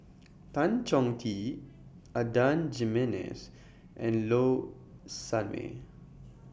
Tan Chong Tee Adan Jimenez and Low Sanmay